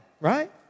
right